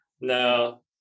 no